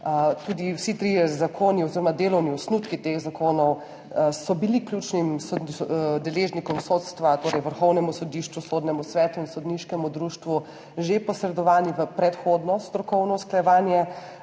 Vsi trije zakoni oziroma delovni osnutki teh zakonov so bili ključnim deležnikom sodstva, torej Vrhovnemu sodišču, Sodnemu svetu in Slovenskemu sodniškemu društvu, že posredovani v predhodno strokovno usklajevanje.